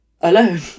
alone